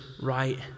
right